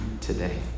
today